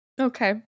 Okay